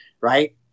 Right